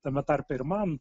tame tarpe ir man